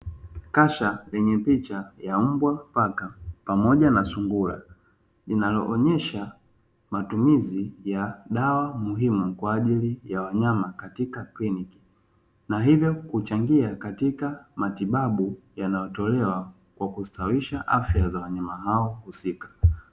Kasha lenye picha ya mbwa, paka, pamoja na sungura; linaloonyesha matumizi ya dawa muhimu kwa ajili ya wanyama katika kliniki. Na hivyo kuchangia katika matibabu yanayotolewa kwa kustawisha afya za wanyama hao husika.